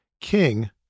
King